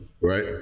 right